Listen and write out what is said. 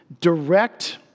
direct